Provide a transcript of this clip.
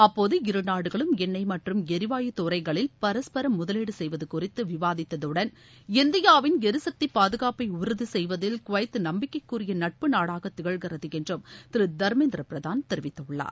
அப்போது இருநாடுகளும் என்ணெய் மற்றும் எரிவாயுத் துறைகளில் பரஸ்பரம் முதலீடுசெய்வதுகுறித்துவிவாதித்ததுடன் இந்தியாவின் எரிசக்திபாதுகாப்பஉறுதிசெய்வதில் குவைத் நம்பிக்கைக்குரியநட்பு நாடாகத் திகழ்கிறதுஎன்றும் திருதர்மேந்திரபிரதான் தெரிவித்துள்ளார்